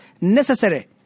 necessary